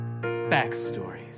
backstories